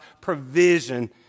provision